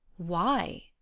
why?